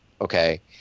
okay